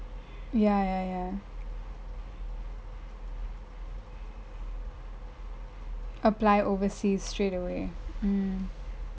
ya ya ya apply overseas straightaway mm